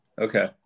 Okay